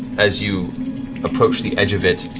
as you approach the edge of it,